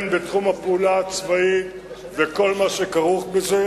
הן בתחום הפעולה הצבאית וכל מה שכרוך בזה,